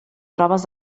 proves